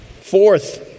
Fourth